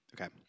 okay